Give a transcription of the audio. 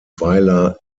weiler